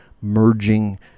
merging